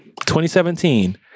2017